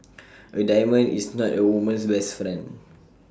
A diamond is not A woman's best friend